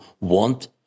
want